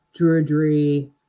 Druidry